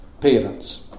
parents